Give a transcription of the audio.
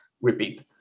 repeat